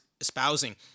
espousing